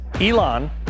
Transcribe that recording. Elon